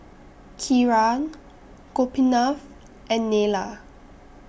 Kiran Gopinath and Neila